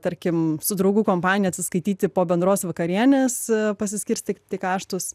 tarkim su draugų kompanija atsiskaityti po bendros vakarienės pasiskirstyti kaštus